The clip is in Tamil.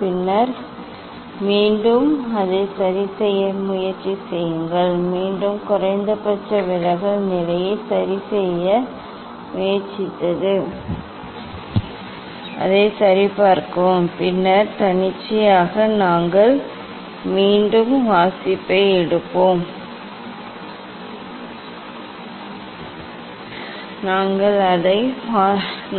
பின்னர் மீண்டும் அதை சரிசெய்ய முயற்சி செய்யுங்கள் மீண்டும் குறைந்தபட்ச விலகல் நிலையை சரிசெய்ய முயற்சித்து அதை சரிபார்க்கவும் பின்னர் தன்னிச்சையாக நாங்கள் மீண்டும் வாசிப்பை எடுப்போம்